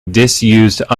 disused